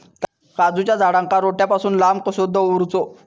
काजूच्या झाडांका रोट्या पासून लांब कसो दवरूचो?